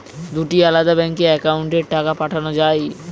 দুটি আলাদা ব্যাংকে অ্যাকাউন্টের টাকা পাঠানো য়ায়?